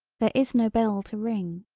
there is no bell to ring.